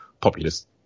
populist